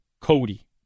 Cody